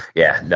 yeah, no.